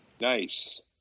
nice